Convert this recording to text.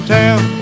town